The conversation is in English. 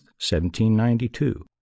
1792